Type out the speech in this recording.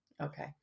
Okay